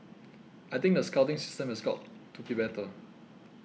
I think the scouting system has also got to be better